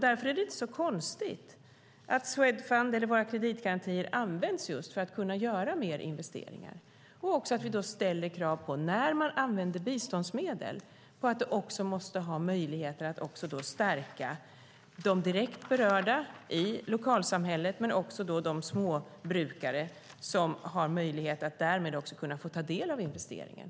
Därför är det inte så konstigt att Swedfund eller våra kreditgarantier används just för att kunna göra mer investeringar och att vi då ställer krav på att när biståndsmedel används ska de stärka de direkt berörda i lokalsamhället men också de småbrukare som därmed kan få ta del av investeringen.